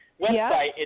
website